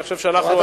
אני חושב שהיינו,